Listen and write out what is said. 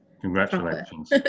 congratulations